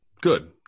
Good